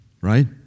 right